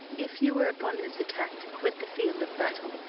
if you were upon this attack to quit the field of battle,